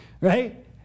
Right